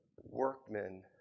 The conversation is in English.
workmen